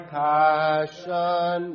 passion